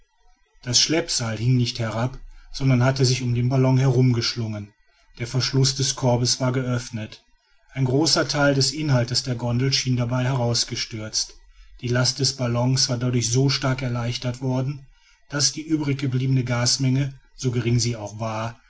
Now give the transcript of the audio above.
das schleppseil hing nicht herab sondern hatte sich um den ballon herumgeschlungen der verschluß des korbes war geöffnet ein großer teil des inhalts der gondel schien dabei herausgestürzt die last des ballons war dadurch so stark erleichtert worden daß die übriggebliebene gasmenge so gering sie auch war